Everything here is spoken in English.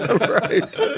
Right